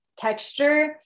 texture